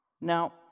Now